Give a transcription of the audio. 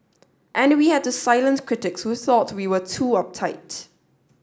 and we had to silence critics who thought we were too uptight